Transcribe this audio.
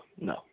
no